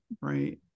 right